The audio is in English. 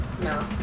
No